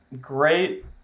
Great